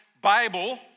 Bible